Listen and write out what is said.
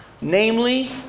namely